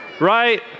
Right